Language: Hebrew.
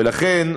ולכן,